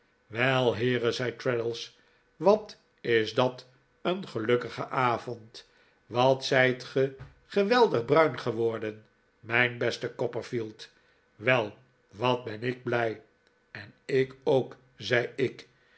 wel heere zei traddles wat is dat een gelukkige avond wat zijt ge geweldig bruin geworden mijn beste copperfield wel wat ben ik blij en ik ook zei ik